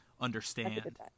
understand